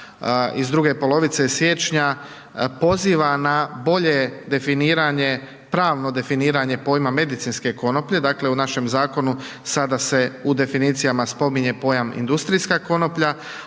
iz druge polovice siječnja poziva na bolje definiranje, pravno definiranje pojma medicinske konoplje, dakle u našem zakonu sada se u definicijama spominje pojam industrijska konoplja,